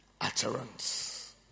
utterance